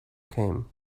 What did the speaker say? came